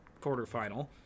quarterfinal